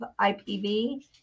IPV